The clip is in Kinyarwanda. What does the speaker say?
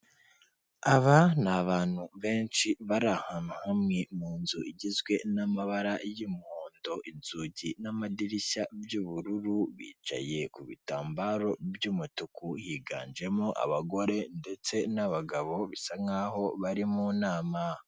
Aba ni abantu benshi bari ahantu hamwe mu nzu igizwe n'amabara y'umuhondo, inzugi n'amadirishya by'ubururu bicaye ku bitambaro by'umutuku higanjemo abagore ndetse n'abagabo bisa nkaho bari mu nama.